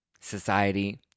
society